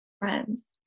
friends